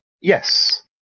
Yes